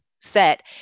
set